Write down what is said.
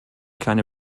keine